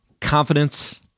confidence